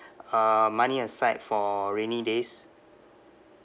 uh money aside for rainy days